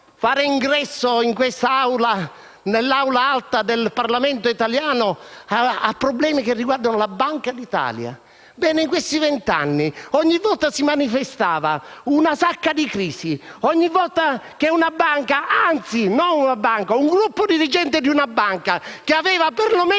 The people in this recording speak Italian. faccio entrare nell'Aula alta del Parlamento italiano problemi che riguardano la Banca d'Italia. Bene: in questi ultimi vent'anni, ogni volta che si manifestava una sacca di crisi, ogni volta che emergeva una banca, anzi, non una banca ma il gruppo dirigente di una banca che aveva perlomeno